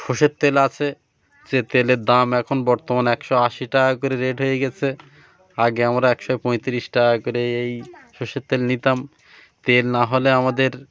সর্ষের তেল আছে যে তেলের দাম এখন বর্তমান একশো আশি টাকা করে রেট হয়ে গেছে আগে আমরা একশো পঁয়তিরিশ টাকা করে এই সর্ষের তেল নিতাম তেল না হলে আমাদের